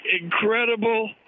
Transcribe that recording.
incredible